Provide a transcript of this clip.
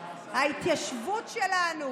ההתיישבות שלנו,